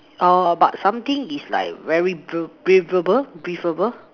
err but something is like very br~ breathable breathable